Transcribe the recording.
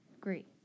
Great